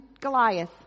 Goliath